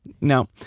Now